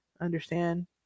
understand